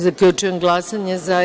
Zaključujem glasanje: za – tri.